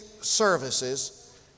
services